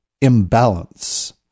imbalance